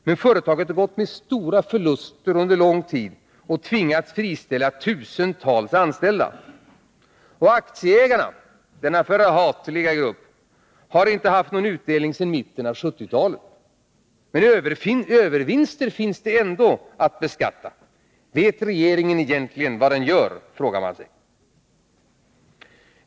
Men företaget har gått med stora förluster under lång tid och har tvingats friställa tusentals anställda. Aktieägarna — denna förhatliga grupp — har inte haft någon utdelning sedan mitten av 1970-talet. Men övervinster finns det ändå att beskatta. Vet regeringen egentligen vad den gör, frågar man sig.